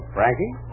Frankie